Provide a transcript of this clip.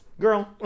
girl